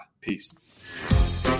Peace